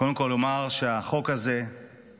קודם כול, אומר שהחוק הזה מוקדש